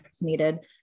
needed